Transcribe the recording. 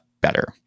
better